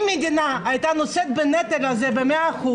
אם המדינה הייתה נושאת בנטל הזה ב-100%,